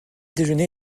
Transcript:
déjeuner